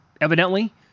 evidently